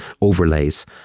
overlays